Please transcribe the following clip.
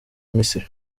misiri